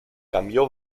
cambió